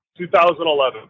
2011